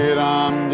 ram